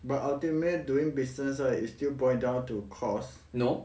but ultimate doing business right is still boil down to cost